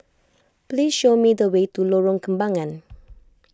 please show me the way to Lorong Kembagan